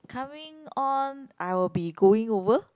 coming on I will be going over